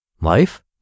Life